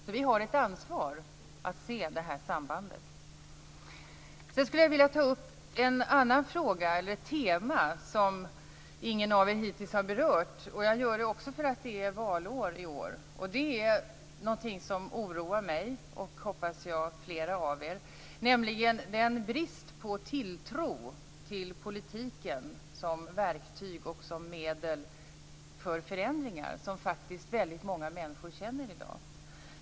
Vi har alltså ett ansvar att se det här sambandet. Jag skulle vilja ta upp ett annat tema, som ingen av er hittills har berört. Jag gör det också därför att det är valår i år. Det är någonting som oroar mig och, hoppas jag, flera av er, nämligen den brist på tilltro till politiken som verktyg och medel för förändringar som väldigt många människor känner i dag.